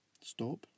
stop